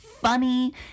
funny